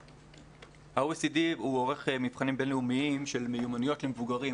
ה-OECD עורך מבחנים בינלאומיים של מיומנויות למבוגרים,